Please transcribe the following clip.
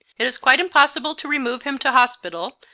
it is quite impossible to remove him to hospital,